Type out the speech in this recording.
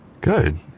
Good